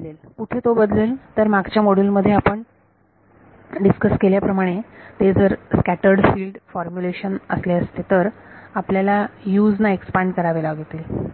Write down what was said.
b बदलेल कुठे तो बदलेल तर मागच्या मॉड्यूल मध्ये आपण डिस्कस केल्याप्रमाणे ते जर स्कॅटर्ड फील्ड फॉर्मुलेशन असले असते तर आपल्याला Us ना एक्सपांड करावे लागतील